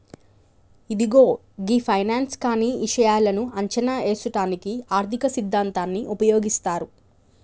ఇదిగో గీ ఫైనాన్స్ కానీ ఇషాయాలను అంచనా ఏసుటానికి ఆర్థిక సిద్ధాంతాన్ని ఉపయోగిస్తారు